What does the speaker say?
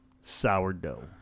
sourdough